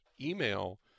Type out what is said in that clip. email